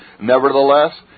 Nevertheless